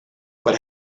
but